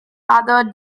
other